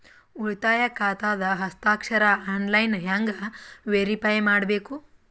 ಉಳಿತಾಯ ಖಾತಾದ ಹಸ್ತಾಕ್ಷರ ಆನ್ಲೈನ್ ಹೆಂಗ್ ವೇರಿಫೈ ಮಾಡಬೇಕು?